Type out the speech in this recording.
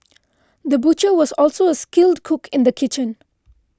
the butcher was also a skilled cook in the kitchen